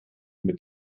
mit